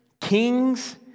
kings